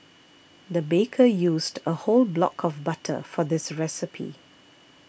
the baker used a whole block of butter for this recipe